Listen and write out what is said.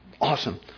Awesome